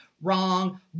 Wrong